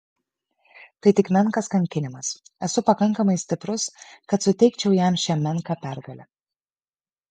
tai tik menkas kankinimas esu pakankamai stiprus kad suteikčiau jam šią menką pergalę